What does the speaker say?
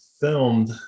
filmed